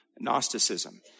Gnosticism